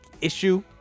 issue